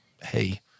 hey